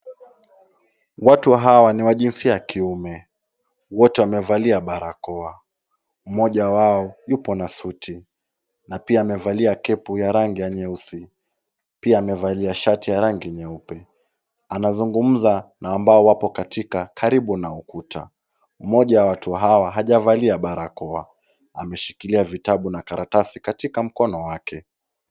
Watu hawa ni wa jinsia ya kiume. Wote wamevalia barakoa. Mmoja wao yupo na suti na pia amevalia kepu ya rangi ya nyeusi. Pia amevalia shati ya rangi nyeupe. Anazungumza na ambao wapo katika karibu na ukuta. Mmoja wa watu hawa hajavalia barakoa. Ameshikilia vitabu na karatasi katika mkono wake.